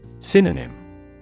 Synonym